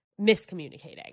miscommunicating